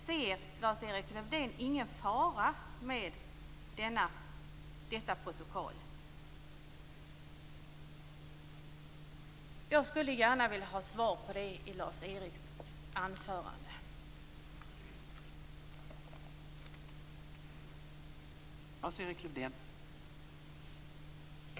Ser Lars Erik Lövdén ingen fara i protokollet i fråga? Jag skulle gärna vilja att Lars-Erik Lövdén i sitt anförande svarade på mina frågor.